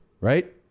right